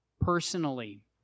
personally